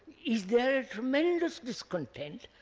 is there a tremendous discontent